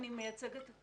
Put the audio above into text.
אני מייצגת את